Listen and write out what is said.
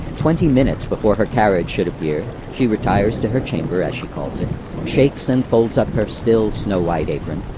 twenty minutes before her carriage should appear, she retires to her chamber, as she calls it shakes and folds up her still snow white apron,